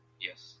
Yes